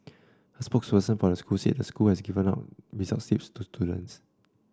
a spokesperson for the school said the school has given out the results slips to students